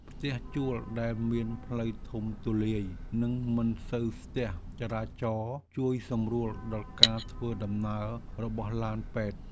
ផ្ទះជួលដែលមានផ្លូវធំទូលាយនិងមិនសូវស្ទះចរាចរណ៍ជួយសម្រួលដល់ការធ្វើដំណើររបស់ឡានពេទ្យ។